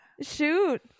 Shoot